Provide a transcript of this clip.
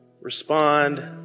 Respond